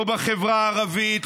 לא בחברה הערבית,